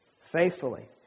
faithfully